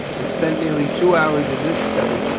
and spent nearly two hours in this study,